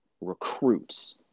recruits